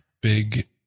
Big